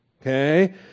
Okay